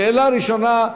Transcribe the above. שאלה ראשונה,